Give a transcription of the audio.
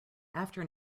after